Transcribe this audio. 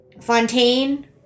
Fontaine